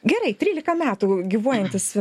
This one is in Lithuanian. gerai trylika metų gyvuojantis